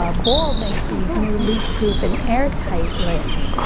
ah ball makes these new leak-proof and airtight lids,